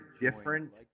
different